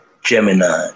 Gemini